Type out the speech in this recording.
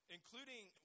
Including